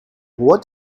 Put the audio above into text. what